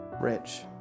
rich